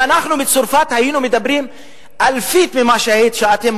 אם אנחנו בצרפת היינו מדברים אלפית ממה שאתם